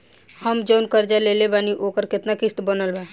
हम जऊन कर्जा लेले बानी ओकर केतना किश्त बनल बा?